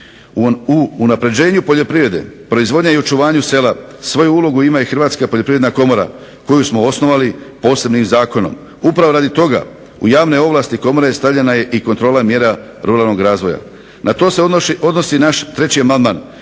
U unapređenju poljoprivrede proizvodnje i očuvanju sela svoju ulogu ima i Hrvatska poljoprivredna komora koju smo osnovali posebnim zakonom, upravo radi toga u javne ovlasti komore stavljena je i kontrola mjera ruralnog razvoja. Na to se odnosi naš treći amandman,